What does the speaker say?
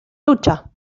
lucha